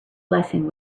blessing